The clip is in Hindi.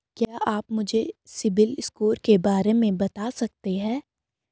क्या आप मुझे सिबिल स्कोर के बारे में बता सकते हैं?